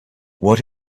what